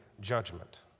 judgment